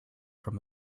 from